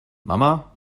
mama